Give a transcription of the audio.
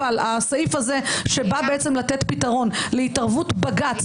אבל הסעיף הזה שבא לתת פתרון להתערבות בג"ץ